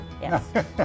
Yes